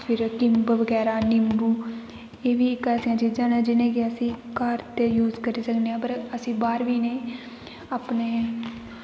फिर किम्ब बगैरा निम्बू एह् बी इक ऐसियां चीजां न जिनें गी अस घर ते यूज करी सकने आं पर असी बाह्र बी इ'नेंगी अपने